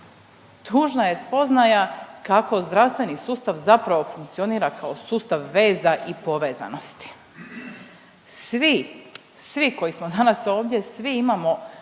Tužna je spoznaja kako zdravstveni sustav zapravo funkcionira kao sustav veza i povezanosti. Svi, svi koji smo danas ovdje, svi imamo